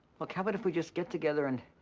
look, how about if we just get together and